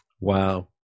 Wow